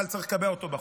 אבל צריך לקבע אותו בחוק: